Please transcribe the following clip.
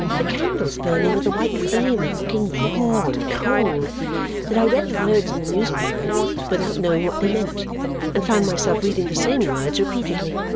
the candles burning with a white flame, and looking raw and cold that i read the words in the newspaper without knowing what they meant and found myself reading the same words repeatedly.